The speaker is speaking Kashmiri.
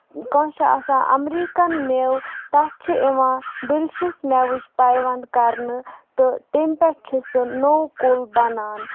کانٛہہ چھُ آسان اَمریٖکن میوٕ تَتھ چھِ یِوان ڈیلشس میوٕچ پیوند کرنہٕ تہٕ تَمہِ پٮ۪ٹھ چھُ سُہ نوٚو کُل بَنان